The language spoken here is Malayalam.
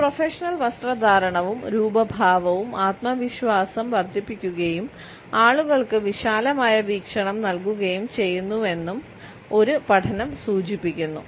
ഒരു പ്രൊഫഷണൽ വസ്ത്രധാരണവും രൂപഭാവവും ആത്മവിശ്വാസം വർദ്ധിപ്പിക്കുകയും ആളുകൾക്ക് വിശാലമായ വീക്ഷണം നൽകുകയും ചെയ്യുന്നുവെന്നും ഒരു പഠനം സൂചിപ്പിക്കുന്നു